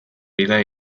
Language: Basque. gida